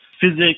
physics